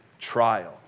trial